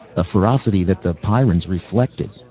a ferocity that the pyrrans reflected.